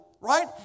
right